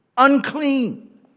Unclean